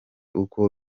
uko